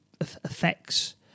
effects